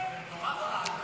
ההסתייגות לא התקבלה.